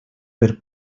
per